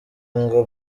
ngo